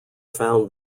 found